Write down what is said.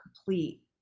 complete